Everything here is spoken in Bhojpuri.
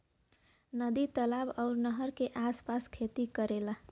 नदी तालाब आउर नहर के आस पास खेती करेला